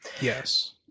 Yes